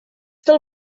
del